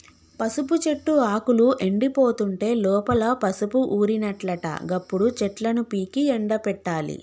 పసుపు చెట్టు ఆకులు ఎండిపోతుంటే లోపల పసుపు ఊరినట్లట గప్పుడు చెట్లను పీకి ఎండపెట్టాలి